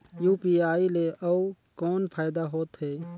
UPI ले अउ कौन फायदा होथ है?